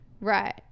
right